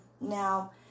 Now